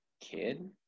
kid